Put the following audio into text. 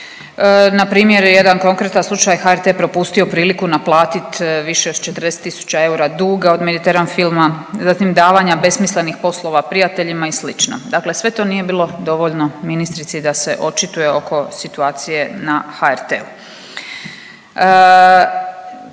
Npr. jedan konkretan slučaj HRT je propustio priliku naplatiti više od 40 tisuća eura duga od Mediteran filma, zatim davanja besmislenih poslova prijateljima i slično. Dakle, sve to nije bilo dovoljno ministrici da se očituje oko situacije na HRT-u.